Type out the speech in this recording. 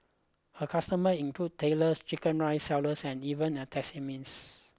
her customers include tailors chicken rice sellers and even a taxidermist